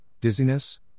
dizziness